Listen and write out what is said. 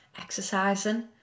exercising